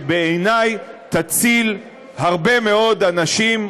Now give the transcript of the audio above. שבעיני תציל הרבה מאוד אנשים,